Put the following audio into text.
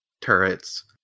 turrets